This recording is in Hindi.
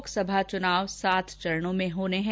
लोकसभा चुनाव सात चरणों में होना है